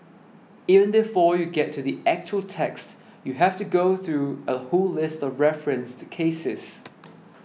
even before you get to the actual text you have to go through a whole list of referenced cases